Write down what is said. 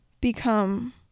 become